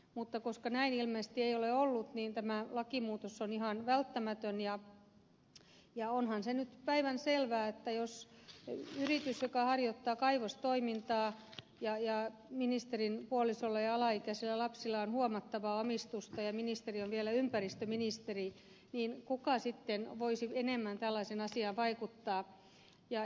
mutta koska näin ilmeisesti ei ole ollut niin tämä lakimuutos on ihan välttämätön ja onhan se nyt päivänselvää että jos yritys harjoittaa kaivostoimintaa ja ministerin puolisolla ja alaikäisillä lapsilla on huomattavaa omistusta ja ministeri on vielä ympäristöministeri niin kuka sitten voisi enemmän tällaiseen asiaan vaikuttaa